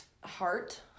heart